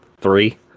Three